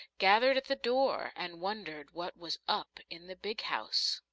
gathered at the door and wondered what was up in the big house.